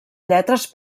lletres